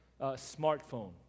smartphone